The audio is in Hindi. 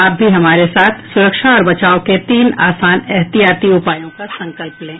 आप भी हमारे साथ सुरक्षा और बचाव के तीन आसान एहतियाती उपायों का संकल्प लें